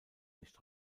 nicht